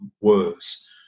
worse